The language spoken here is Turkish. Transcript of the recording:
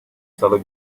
salı